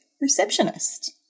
receptionist